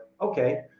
okay